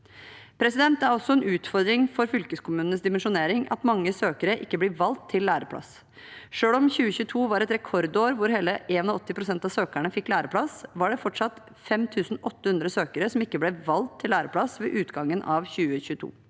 Det er også en utfordring for fylkeskommunenes dimensjonering at mange søkere ikke blir valgt til læreplass. Selv om 2022 var et rekordår, hvor hele 81 pst. av søkerne fikk læreplass, var det fortsatt 5 800 søkere som ikke ble valgt til læreplass ved utgangen av 2022.